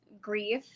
grief